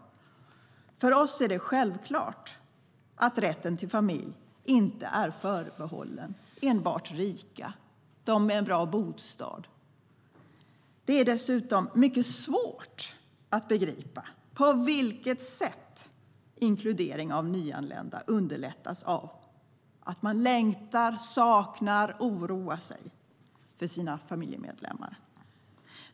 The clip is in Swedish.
För oss är det självklart att rätten till familj inte är förbehållen enbart de rika, de med en bra bostad. Det är dessutom mycket svårt att begripa på vilket sätt inkluderingen av nyanlända underlättas av att man längtar efter, saknar och oroar sig för sina familjemedlemmar.